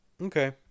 okay